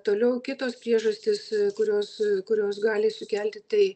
toliau kitos priežastys kurios kurios gali sukelti tai